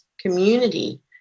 community